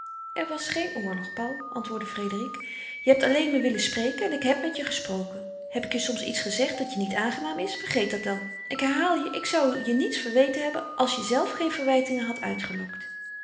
er was geen oorlog paul antwoordde frédérique je hebt alleen me willen spreken en ik heb met je gesproken heb ik je soms iets gezegd dat je niet aangenaam is vergeet dat dan ik herhaal je ik zou je niets verweten hebben als jezelve geen verwijtingen had uitgelokt